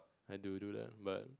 I do do that but